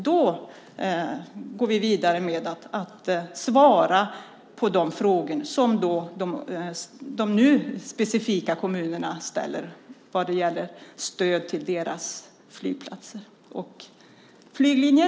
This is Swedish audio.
Då går vi vidare med att svara på de frågor som de nu specifika kommunerna ställer vad gäller stöd till deras flygplatser och flyglinjer.